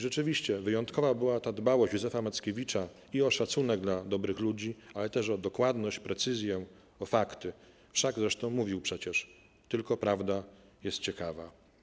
Rzeczywiście wyjątkowa była ta dbałość Józefa Mackiewicza o szacunek dla dobrych ludzi, ale też o dokładność, precyzję i fakty, wszak zresztą mówił przecież: „Tylko prawda jest ciekawa”